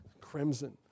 Crimson